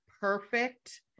perfect